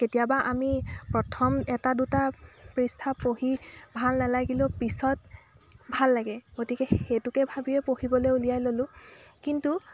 কেতিয়াবা আমি প্ৰথম এটা দুটা পৃষ্ঠা পঢ়ি ভাল নালাগিলেও পিছত ভাল লাগে গতিকে সেইটোকে ভাবিয়ে পঢ়িবলৈ ওলিয়াই ল'লোঁ কিন্তু